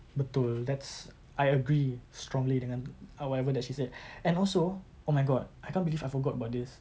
betul that's I agree strongly dengan uh whatever that she said and also oh my god I can't believe I forgot about this